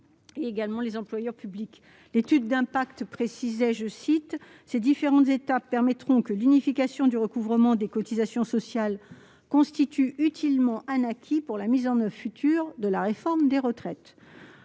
spéciaux et des employeurs publics. Selon l'étude d'impact de ce projet de loi, ces « différentes étapes permettr[aie]nt que l'unification du recouvrement des cotisations sociales constitue utilement un acquis pour la mise en oeuvre future de la réforme des retraites ».